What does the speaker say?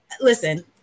listen